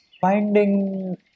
finding